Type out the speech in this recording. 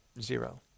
zero